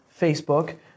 Facebook